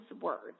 words